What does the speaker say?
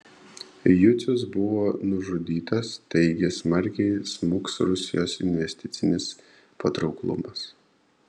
jucius buvo nužudytas taigi smarkiai smuks rusijos investicinis patrauklumas